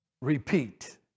Repeat